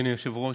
אדוני היושב-ראש,